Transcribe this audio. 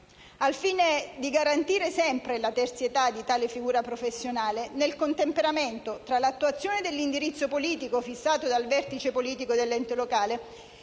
al fine di garantire sempre la terzietà di tale figura professionale nel contemperamento tra l'attuazione dell'indirizzo politico, fissato dal vertice politico dell'ente locale,